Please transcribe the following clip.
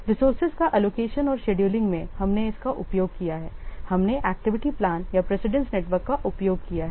resources का allocation और scheduling में हमने इसका उपयोग किया है हमने एक्टिविटी प्लान या प्रेसिडेंस नेटवर्क का उपयोग किया है